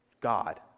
God